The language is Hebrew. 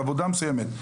עבודה מסוימת,